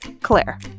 Claire